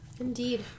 Indeed